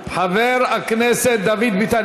חבר הכנסת דוד ביטן,